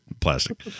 plastic